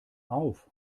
auf